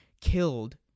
killed